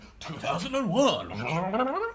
2001